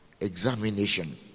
examination